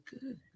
good